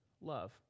love